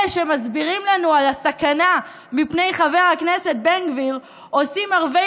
אלה שמסבירים לנו על הסכנה מפני חבר הכנסת בן גביר עושים ערבי